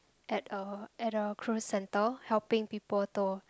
at a at a cruise center helping people to